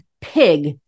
pig